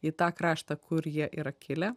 į tą kraštą kur jie yra kilę